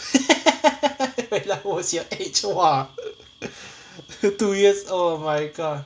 when I was your age !wah! two years oh my god